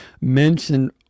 mention